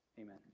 amen